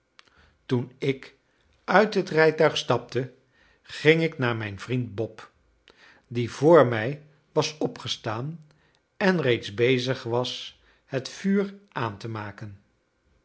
toen ik uit het rijtuig stapte ging ik naar mijn vriend bob die vr mij was opgestaan en reeds bezig was het vuur aan te maken